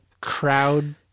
crowd